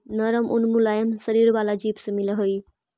नरम ऊन मुलायम शरीर वाला जीव से मिलऽ हई